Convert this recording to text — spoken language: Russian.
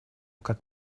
как